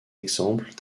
exemples